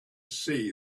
see